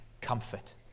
comfort